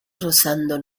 rozando